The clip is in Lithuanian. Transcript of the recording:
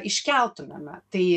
iškeltumėme na tai